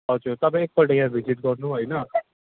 हजुर तपाईँ एकपल्ट यहाँ भिजिट गर्नु होइन